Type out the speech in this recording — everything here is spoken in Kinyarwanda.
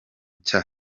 cya